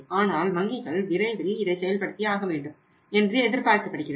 ஆனால் வங்கிகள் விரைவில் இதை செயல்படுத்தியாக வேண்டும் என்று எதிர்பார்க்கப்படுகிறது